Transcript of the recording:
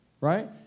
right